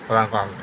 ପ୍ରଦାନ କରନ୍ତୁ